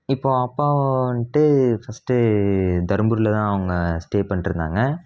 இப்போது அப்பா வந்துட்டு ஃபர்ஸ்ட் தர்மபுரியில் தான் அவங்க ஸ்டே பண்ணிட்ருந்தாங்க